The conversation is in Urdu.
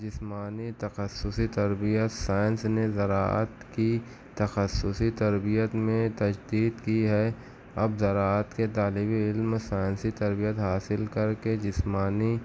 جسمانی تخصصی تربیت سائنس نے زراعت کی تخصصی تربیت میں تجدید کی ہے اب زراعت کے طالبعلم سائنسی تربیت حاصل کر کے جسمانی